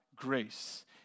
grace